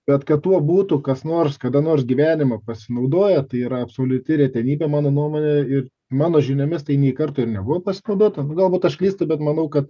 bet kad tuo būtų kas nors kada nors gyvenime pasinaudoję tai yra absoliuti retenybė mano nuomone ir mano žiniomis tai nei karto ir nebuvo pasinaudota na galbūt aš klystu bet manau kad